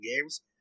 games